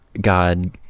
God